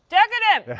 decadent,